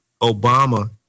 Obama